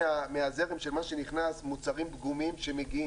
מהזרם של מה שנכנס מוצרים פגומים שמגיעים,